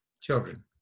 children